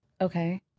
Okay